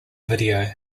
video